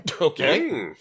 Okay